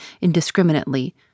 indiscriminately